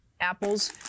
apples